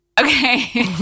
Okay